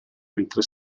mentre